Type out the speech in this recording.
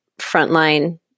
frontline